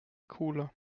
cooler